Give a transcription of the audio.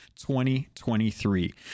2023